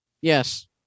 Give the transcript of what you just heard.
Yes